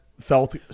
felt